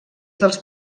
dels